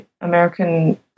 American